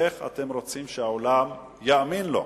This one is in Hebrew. איך אתם רוצים שהעולם יאמין לו?